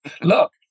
look